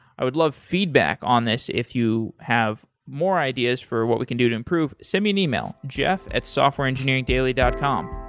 i would love feedback on this if you have more ideas for what we can do to improve. send me an email, jeff at softwareengineeringdaily dot com